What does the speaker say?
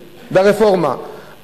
ברפורמה,